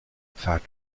pfad